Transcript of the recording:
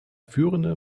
führende